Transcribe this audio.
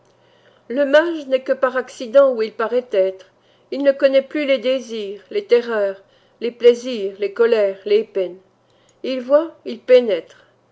le mage n'est que par accident où il paraît être il ne connaît plus les désirs les terreurs les plaisirs les colères les peines il voit il pénètre